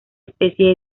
especie